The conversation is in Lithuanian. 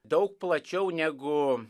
daug plačiau negu